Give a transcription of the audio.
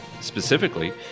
Specifically